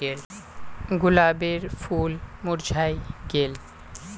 गुलाबेर फूल मुर्झाए गेल